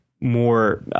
more